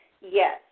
Yes